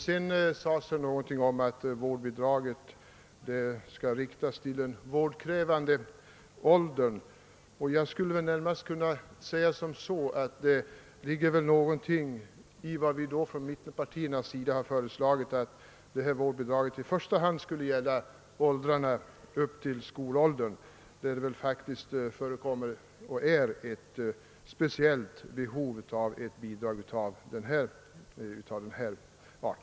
Det sades någonting om att vårdbidraget bör inriktas på den mest vårdkrävande åldern. Jag skulle vilja säga att det väl ligger ganska mycket i vad vi inom mittenpartierna har föreslagit, att vårdbidraget i första hand skall gälla åldrarna upp till skolåldern, där det faktiskt föreligger ett speciellt behov av bidrag av denna art.